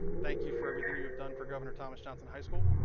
thank you for everything you have done for governor thomas johnson high school.